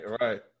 Right